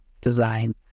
design